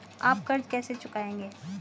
आप कर्ज कैसे चुकाएंगे?